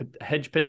hedge